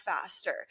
faster